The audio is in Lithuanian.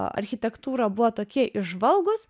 architektūra buvo tokie įžvalgūs